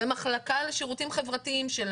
ומחלקה לשירותים חברתיים שלה,